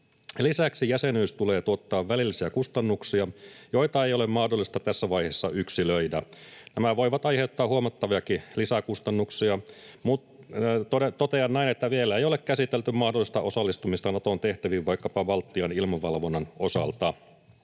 Lisäksi jäsenyys tulee tuottamaan välillisiä kustannuksia, joita ei ole mahdollista tässä vaiheessa yksilöidä. Nämä voivat aiheuttaa huomattaviakin lisäkustannuksia. Totean näin, että vielä ei ole käsitelty mahdollista osallistumista Naton tehtäviin vaikkapa Baltian ilmavalvonnan osalta.